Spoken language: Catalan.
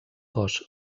cos